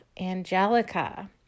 angelica